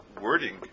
wording